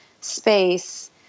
space